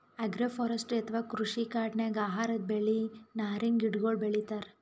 agroforestry ಅಥವಾ ಕೃಷಿ ಕಾಡಿನಾಗ್ ಆಹಾರದ್ ಬೆಳಿ, ನಾರಿನ್ ಗಿಡಗೋಳು ಬೆಳಿತಾರ್